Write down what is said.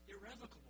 irrevocable